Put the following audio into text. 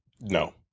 No